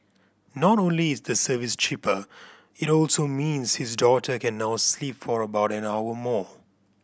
not only is the service cheaper it also means his daughter can now sleep for about an hour more